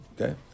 Okay